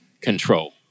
control